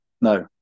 No